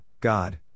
God